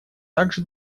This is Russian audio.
также